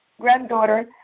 granddaughter